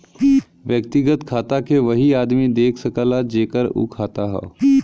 व्यक्तिगत खाता के वही आदमी देख सकला जेकर उ खाता हौ